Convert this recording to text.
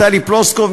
טלי פלוסקוב,